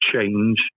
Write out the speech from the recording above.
change